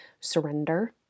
surrender